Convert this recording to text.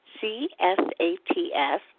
C-S-A-T-S